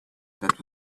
that